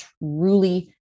truly